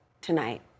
tonight